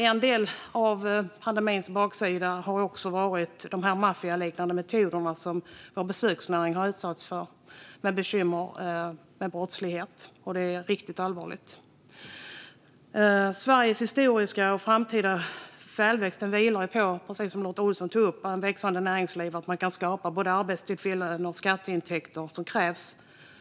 En del av pandemins baksida är de maffialiknande metoder som besöksnäringen har utsatts för, och det är riktigt allvarligt. Sveriges nuvarande och framtida välfärd vilar, precis som Lotta Olsson sa, på att ett växande näringsliv kan skapa både de arbetstillfällen och skatteintäkter som krävs.